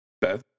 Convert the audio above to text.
Beth